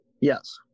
yes